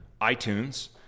iTunes